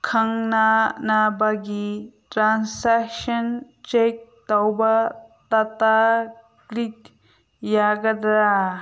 ꯈꯪꯅꯅꯕꯒꯤ transaction check ꯇꯧꯕ ꯇꯥꯇꯥꯀ꯭ꯂꯤꯛ ꯌꯥꯒꯗ꯭ꯔꯥ